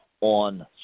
on